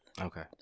Okay